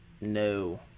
No